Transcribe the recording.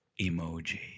emoji